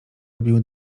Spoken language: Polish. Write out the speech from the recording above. robił